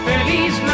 Feliz